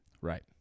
Right